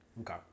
Okay